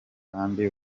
kandi